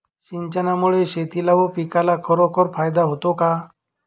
सिंचनामुळे शेतीला व पिकाला खरोखर फायदा होतो का?